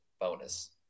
bonus